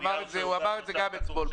זה נאמר גם אתמול.